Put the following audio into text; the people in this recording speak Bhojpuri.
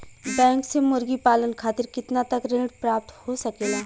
बैंक से मुर्गी पालन खातिर कितना तक ऋण प्राप्त हो सकेला?